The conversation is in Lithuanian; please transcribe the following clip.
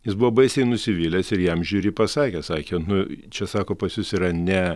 jis buvo baisiai nusivylęs ir jam žiuri pasakė sakė nu čia sako pas jus yra ne